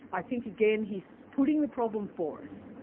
i think again he's putting the problem for us.